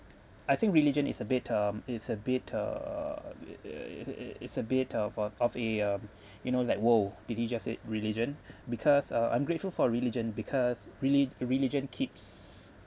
I think religion is a bit um it's a bit uh uh it's a bit of a of a um you know like !woo! did he just said religion because uh I'm grateful for religion because reli~ religion keeps